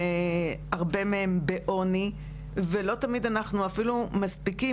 הרבה מהם חיים בעוני ולא תמיד אנחנו אפילו מספיקים.